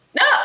No